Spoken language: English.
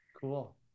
Cool